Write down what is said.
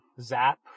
Zap